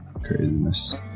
Craziness